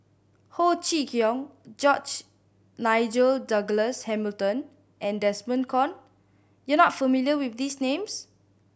Ho Chee Kong George Nigel Douglas Hamilton and Desmond Kon you are not familiar with these names